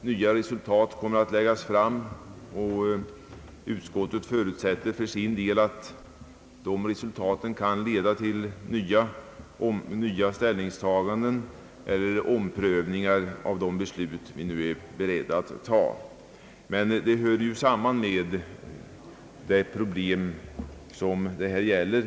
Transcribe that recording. Nya resultat kommer att läggas fram, och utskottet förutsätter för sin del att dessa resultat kan leda till nya ställningstaganden celler omprövningar av de beslut vi nu är beredda att fatta. Men en sådan utveckling hör ju samman med det problem det här gäller.